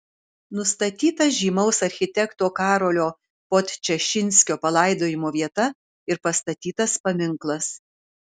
nustatyta žymaus architekto karolio podčašinskio palaidojimo vieta ir pastatytas paminklas